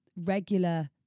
regular